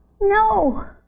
No